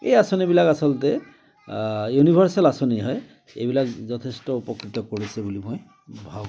এই আঁচনিবিলাক আচলতে ইউনিৰ্ভাৰচেল আঁচনি হয় এইবিলাক যথেষ্ট উপকৃত কৰিছে বুলি মই ভাবোঁ